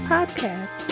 Podcast